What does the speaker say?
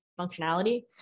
functionality